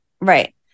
right